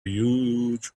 huge